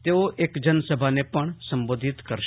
તેઓ એક જન સભાને પણ સંબોધન કરશે